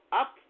up